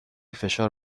فشار